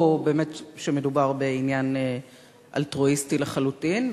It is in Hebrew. או באמת מדובר בעניין אלטרואיסטי לחלוטין?